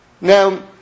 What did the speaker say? Now